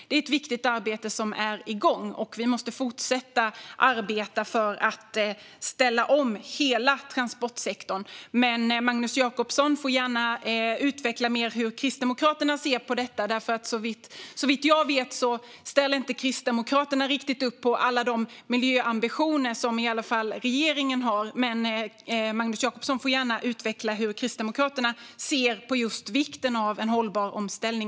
Det är ett viktigt arbete som är igång, och vi måste fortsätta arbeta för att ställa om hela transportsektorn. Men Magnus Jacobsson får gärna utveckla mer hur Kristdemokraterna ser på detta. Såvitt jag vet ställer Kristdemokraterna inte riktigt upp på alla de miljöambitioner som regeringen har. Men Magnus Jacobsson får gärna utveckla hur Kristdemokraterna ser på just vikten av en hållbar omställning.